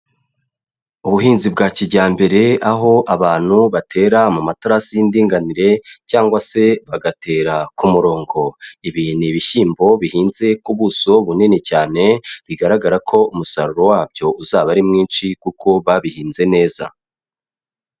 Ubuhinzi bwa kijyambere aho abantu batera mu matarasi y'indinganire cyangwa se bagatera ku murongo, ibi ni ibishyimbo bihinze ku buso bunini cyane bigaragara ko umusaruro wabyo uzaba ari mwinshi kuko babihinze neza.